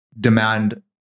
demand